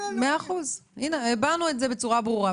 מאה אחוז, הבענו את זה בצורה ברורה.